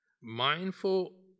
mindful